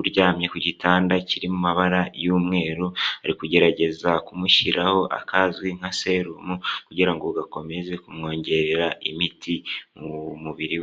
uryamye ku gitanda kirimo amabara y'umweru ari kugerageza kumushyiraho akazwi nka serumu kugira ngo gakomeze kumwongerera imiti mu mubiri we.